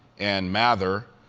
ann mather,